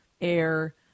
air